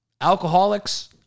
Alcoholics